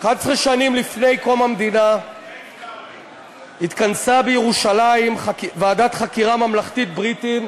11 שנים לפני קום המדינה התכנסה בירושלים ועדת חקירה ממלכתית בריטית,